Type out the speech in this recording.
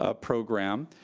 ah program.